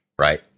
right